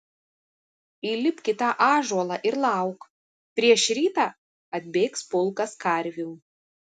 įlipk į tą ąžuolą ir lauk prieš rytą atbėgs pulkas karvių